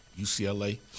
UCLA